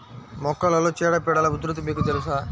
మొక్కలలో చీడపీడల ఉధృతి మీకు తెలుసా?